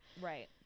right